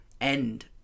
end